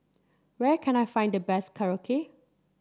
where can I find the best Korokke